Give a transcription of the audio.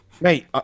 Mate